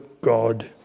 God